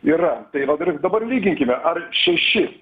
yra tai va ir dabar lyginkime ar šeši